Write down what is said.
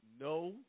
no